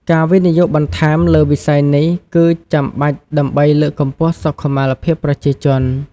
ការវិនិយោគបន្ថែមលើវិស័យនេះគឺចាំបាច់ដើម្បីលើកកម្ពស់សុខុមាលភាពប្រជាជន។